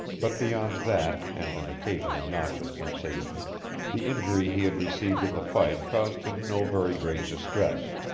but beyond that and an occasional nauseous sensation the injury he had received in the fight caused him no very great distress.